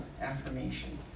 affirmation